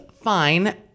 fine